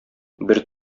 бер